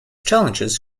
challenges